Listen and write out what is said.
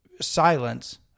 silence